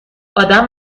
ادم